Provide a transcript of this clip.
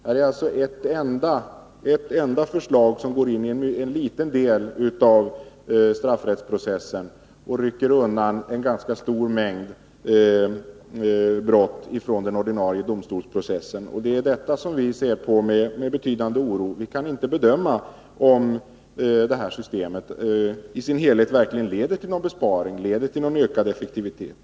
Här rör det sig om ett enda förslag som går in i en liten del av straffrättsprocessen och rycker undan en ganska stor mängd brott ifrån den ordinarie domstolsprocessen. Det är detta vi ser på med betydande oro. Vi kan inte bedöma om detta system i dess helhet verkligen leder till besparingar och ökad effektivitet.